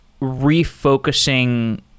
refocusing